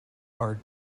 are